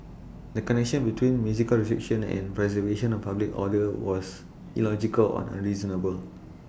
the connection between music restriction and preservation of public order was illogical nor unreasonable